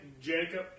Jacob